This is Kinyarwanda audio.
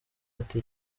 ati